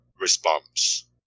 response